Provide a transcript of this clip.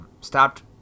stopped